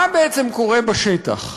מה בעצם קורה בשטח?